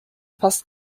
passt